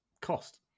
cost